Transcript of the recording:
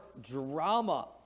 drama